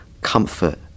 comfort